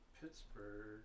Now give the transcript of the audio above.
Pittsburgh